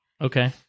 okay